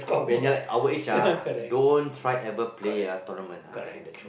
when you're like our age ah don't try ever play ah tournament ah I'm telling the truth